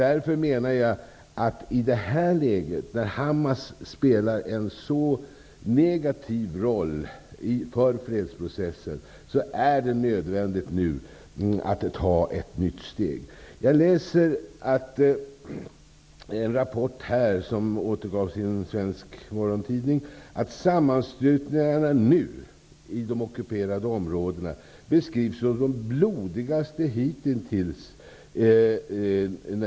Jag menar att det, i det här läget när Hamas spelar en så negativ roll för fredsprocessen, är nödvändigt att ta ett nytt steg. Jag läser ur en rapport som återgavs i en svensk morgontidning att de sammanslutningar som finns nu i de ockuperade områdena beskrivs såsom de blodigaste hitintills.